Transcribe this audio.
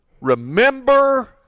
remember